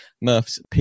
Murph's